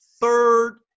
Third